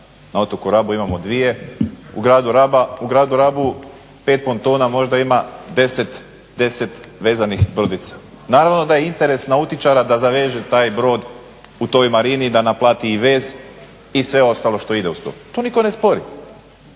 na otoku Rabu imamo dvije, u gradu Rabu pet pontona možda ima 10 vezanih brodica. Naravno da je interes nautičara da zaveže taj brod u toj marini i da naplati i vez i sve ostalo što ide uz to. To nitko ne spori.